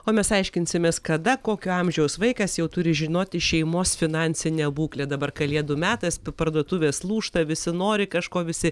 o mes aiškinsimės kada kokio amžiaus vaikas jau turi žinoti šeimos finansinę būklę dabar kalėdų metas parduotuvės lūžta visi nori kažko visi